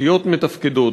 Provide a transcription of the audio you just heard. תשתיות מתפקדות.